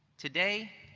today,